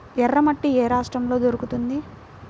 ఎర్రమట్టి ఏ రాష్ట్రంలో దొరుకుతుంది?